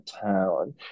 town